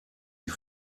die